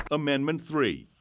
amendment three.